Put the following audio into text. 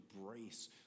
embrace